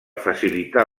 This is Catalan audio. facilitar